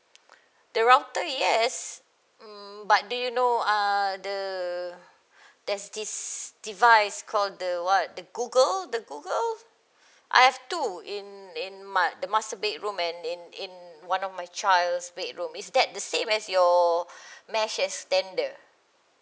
the router yes mm but do you know err the there's this device called the what the Google the Google I have two in in ma~ the master bedroom and in in one of my child's bedroom is that the same as your mesh extender